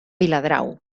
viladrau